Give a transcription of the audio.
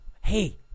hey